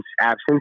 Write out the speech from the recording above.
absence